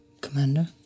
commander